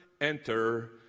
enter